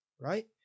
Right